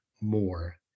more